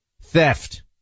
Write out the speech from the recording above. Theft